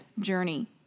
journey